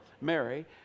Mary